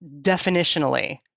definitionally